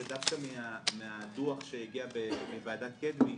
ודווקא מהדוח שהגיע מוועדת קדמי,